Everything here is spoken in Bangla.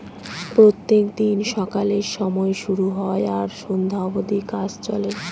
প্রত্যেক দিন সকালের সময় শুরু হয় সন্ধ্যা অব্দি কাজ চলে